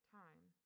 time